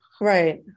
right